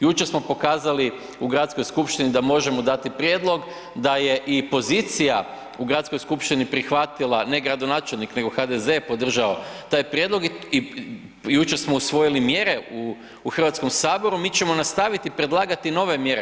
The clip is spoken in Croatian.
Jučer smo pokazali u Gradskoj skupštini da možemo dati prijedlog, da je i pozicija u Gradskoj skupštini prihvatila, ne gradonačelnik nego HDZ je podržao taj prijedlog i jučer smo usvojili mjere u Hrvatskom saboru, mi ćemo prihvatiti nastaviti predlagati nove mjere.